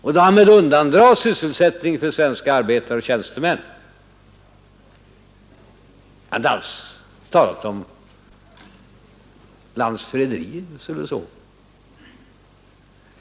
Och därmed vill herr Bohman undandra sysselsättning för svenska arbetare och tjänstemän. Jag har inte alls talat om landsförräderi eller dylikt.